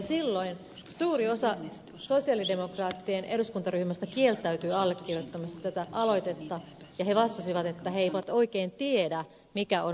silloin suuri osa sosialidemokraattien eduskuntaryhmästä kieltäytyi allekirjoittamasta tätä aloitetta ja he vastasivat että he eivät oikein tiedä mikä on valuutanvaihtovero